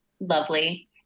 lovely